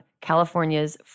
California's